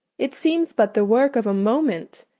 it seems but the work of a moment.